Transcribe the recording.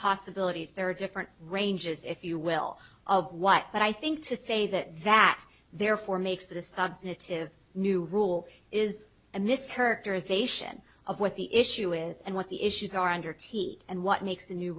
possibilities there are different ranges if you will of what but i think to say that that therefore makes it a substitute of new rule is and this character is ation of what the issue is and what the issues are under t and what makes a new